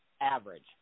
average